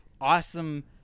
awesome